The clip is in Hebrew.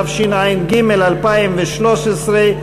התשע"ג 2013,